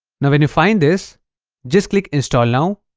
now, when you find this just click install now